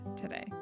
today